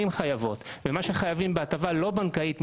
חייבות ומה שחייבים בהטבה לא בנקאית,